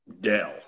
Dell